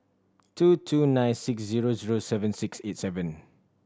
two two nine six zero zero seven six eight seven